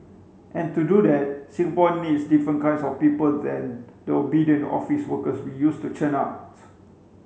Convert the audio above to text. and to do that Singapore needs different kinds of people than the obedient office workers we used to churn out